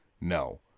No